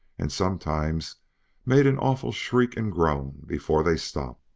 and sometimes made an awful shriek and groan before they stopped.